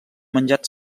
menjat